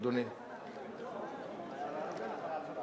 אדוני, בבקשה.